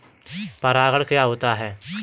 परागण क्या होता है?